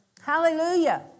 Hallelujah